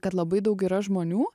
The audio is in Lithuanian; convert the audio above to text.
kad labai daug yra žmonių